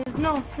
no,